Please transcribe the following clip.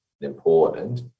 important